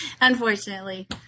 unfortunately